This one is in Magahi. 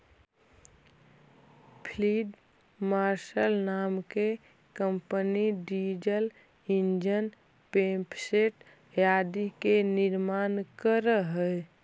फील्ड मार्शल नाम के कम्पनी डीजल ईंजन, पम्पसेट आदि के निर्माण करऽ हई